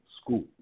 school